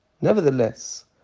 Nevertheless